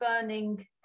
burning